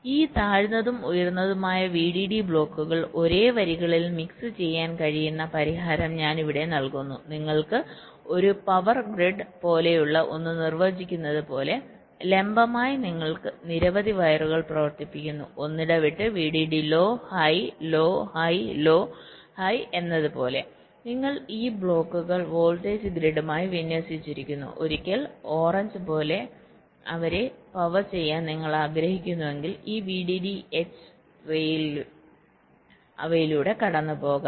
ഈ താഴ്ന്നതും ഉയർന്നതുമായ VDD ബ്ലോക്കുകൾ ഒരേ വരികളിൽ മിക്സ് ചെയ്യാൻ കഴിയുന്ന പരിഹാരം ഞാൻ ഇവിടെ നൽകുന്നു നിങ്ങൾ ഒരു പവർ ഗ്രിഡ് power grid പോലെയുള്ള ഒന്ന് നിർവചിക്കുന്നത് പോലെ ലംബമായി നിങ്ങൾ നിരവധി വയറുകൾ പ്രവർത്തിപ്പിക്കുന്നു ഒന്നിടവിട്ട് VDD low high low high low ഹൈഎന്നത് പോലെ നിങ്ങൾ ഈ ബ്ലോക്കുകൾ വോൾട്ടേജ് ഗ്രിഡുമായി വിന്യസിച്ചിരിക്കുന്നു ഒരിക്കൽ ഓറഞ്ച് പോലെ അവരെ പവർ ചെയ്യാൻ നിങ്ങൾ ആഗ്രഹിക്കുന്നുവെങ്കിൽ ഈ VDDH റെയിൽ അവയിലൂടെ കടന്നുപോകണം